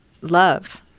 love